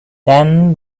then